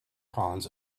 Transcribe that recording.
cons